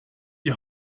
die